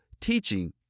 teaching